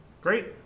Great